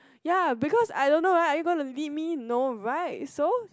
ya because I don't know right so are you going to lead me no right